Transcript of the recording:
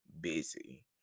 busy